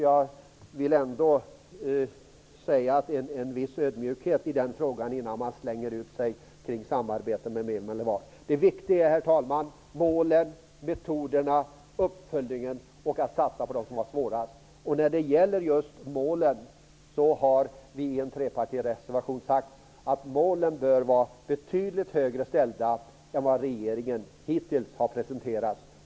Jag efterfrågar en viss ödmjukhet innan man slänger ur sig påståenden om samarbete. Det viktiga, herr talman, är målen, metoderna, uppföljningen och att satsa på dem som har det svårast. Vi har i en trepartireservation sagt att målen bör ställas betydligt högre än vad regeringen hittills har gjort.